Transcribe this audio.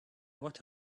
what